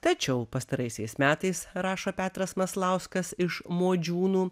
tačiau pastaraisiais metais rašo petras maslauskas iš modžiūnų